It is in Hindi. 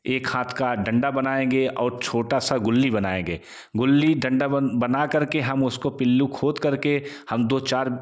एक हाथ का डंडा बनाएँगे और छोटा सा गिली बनाएँगे गिली डंडा बनाकर के हम उसको पिल्लू खोद करके हम दो चार